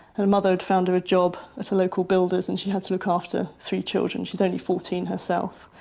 her mother had found her a job at a local builders and she had to look after three children, she's only fourteen herself.